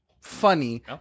funny